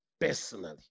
personally